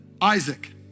Isaac